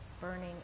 burning